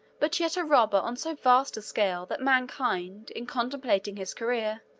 but yet a robber on so vast a scale, that mankind, in contemplating his career,